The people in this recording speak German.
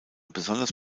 besonders